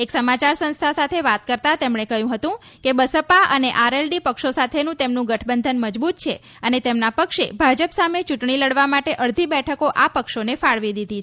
એક સમાચાર સંસ્થા સાથે વાત કરતા તેમણે કહ્યું હતું કે બસપા અને આરએલડી પક્ષો સાથેનું તેમનું ગઠબંધન મજબૂત છે અને તેમના પક્ષે ભાજપ સામે ચૂંટણી લડવા માટે અડધી બેઠકો આ પક્ષોને ફાળવી દીધી છે